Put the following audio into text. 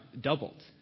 doubled